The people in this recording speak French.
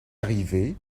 arrivé